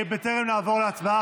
בטרם נעבור להצבעה,